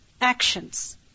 Actions